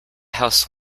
house